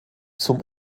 zum